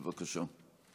בבקשה.